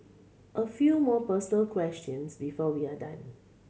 a few more personal questions before we are done